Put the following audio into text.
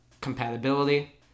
compatibility